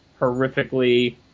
horrifically